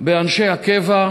באנשי הקבע,